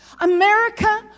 America